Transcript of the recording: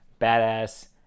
badass